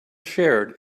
shared